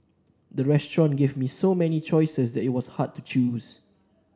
the restaurant give me so many choices that it was hard to choose